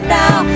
now